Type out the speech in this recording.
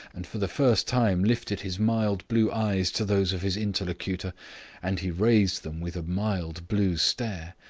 and for the first time lifted his mild blue eyes to those of his interlocutor and he raised them with a mild blue stare.